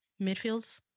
midfields